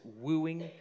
wooing